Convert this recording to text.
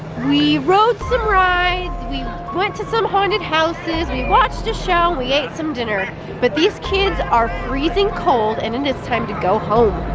we rode some rides, we went to some haunted houses, we watched a show, we ate some dinner but these kids are freezing cold and it is time to go home.